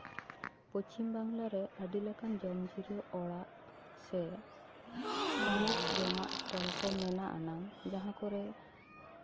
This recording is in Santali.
ᱯᱚᱪᱤᱢᱵᱟᱝᱞᱟ ᱨᱮ ᱟᱹᱰᱤ ᱞᱮᱠᱟᱱ ᱡᱚᱢ ᱡᱤᱨᱟᱹᱣ ᱚᱲᱟᱜ ᱥᱮ ᱛᱷᱟᱱᱤᱛ ᱡᱚᱢᱟᱜ ᱚᱥᱴᱚᱞ ᱠᱚ ᱢᱮᱱᱟᱜ ᱟᱱᱟᱝ ᱡᱟᱦᱟᱸ ᱠᱚᱨᱮᱜ